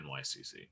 NYCC